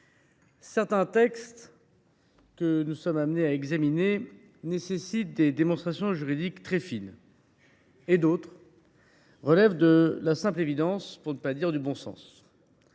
certains textes que nous sommes amenés à examiner exigent des démonstrations juridiques très fines. D’autres relèvent de la simple évidence, pour ne pas dire du bon sens.